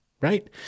Right